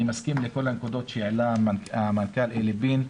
אני מסכים לכל הנקודות שהעלה המנכ"ל אלי בין.